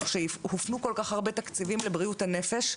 שהופנו כל כך הרבה התקציבים לבריאות הנפש,